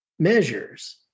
measures